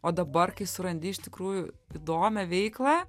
o dabar kai surandi iš tikrųjų įdomią veiklą